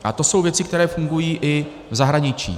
A to jsou věci, které fungují i v zahraničí.